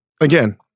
again